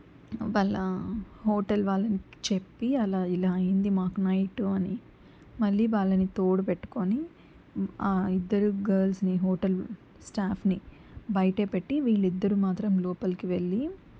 వాళ్ళ హోటల్ వాళ్ళకి చెప్పి అలా ఇలా అయ్యింది మాకు నైటు అని మళ్ళీ వాళ్ళని తోడు పెట్టుకోని ఆ ఇద్దరు గల్స్ని హోటల్ స్టాఫ్ని బయటేపెట్టి వీళ్ళిద్దరూ మాత్రం లోపలికి వెళ్ళి